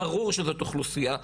ברור שזו אוכלוסייה צעירה.